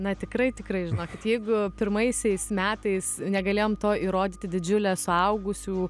na tikrai tikrai žinokit jeigu pirmaisiais metais negalėjom to įrodyti didžiule suaugusių